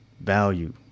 value